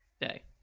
day